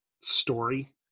story